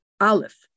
Aleph